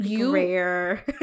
rare